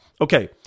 Okay